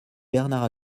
bernard